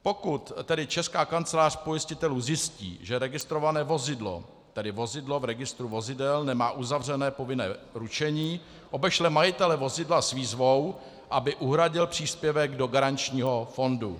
Pokud tedy Česká kancelář pojistitelů zjistí, že registrované vozidlo, tedy vozidlo v registru vozidel, nemá uzavřené povinné ručení, obešle majitele vozidla s výzvou, aby uhradil příspěvek do garančního fondu.